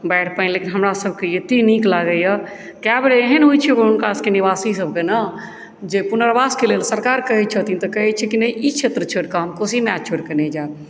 बाढ़ि पानि यऽ तऽ हमरा सबके एते नीक लागैया कएबेर एहेन होइ छै हुनका सबकेँ निवासी सबकेँ ने जे पुनर्वासके लेल सरकार कहै छथिन तऽ कहै छथिन कि ई क्षेत्र छोड़ि कऽ हम कोशी माय छोड़ि कऽ नहि जायब